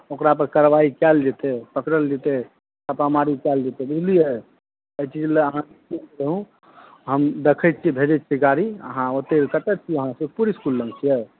ओकरापर कार्रवाही कयल जेतै पकड़ल जेतै छापामारी कयल जेतै बुझलियै एहि चीज लेल अहाँ निश्चिन्त रहू हम देख़ैत छियै भेजै छियै गाड़ी अहाँ ओतय कतय छी अहाँ सुतपुर इस्कुल लग छियै